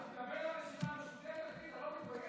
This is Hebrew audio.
אתה מתכוון לרשימה המשותפת?